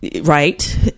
Right